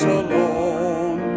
alone